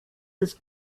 his